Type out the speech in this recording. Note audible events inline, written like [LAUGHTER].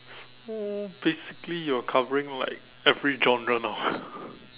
so basically you're covering like every genre now [BREATH]